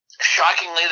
shockingly